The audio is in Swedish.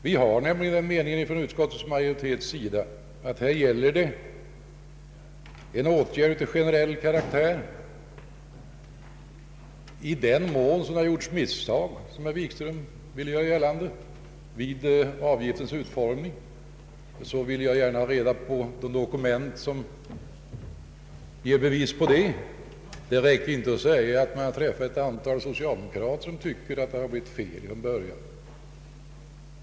Utskottsmajoriteten har nämligen den uppfattningen att här gäller det en åtgärd av generell karaktär. I den mån som det gjorts misstag vid lagtextens utformning, vilket herr Wikström ville göra gällande, vill jag gärna ha reda på de dokument som ger bevis härpå. Det räcker inte att säga att man träffat ett antal socialdemokrater, som tyckt att det blivit fel från början.